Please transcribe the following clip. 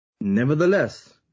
nevertheless